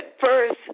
first